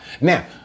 Now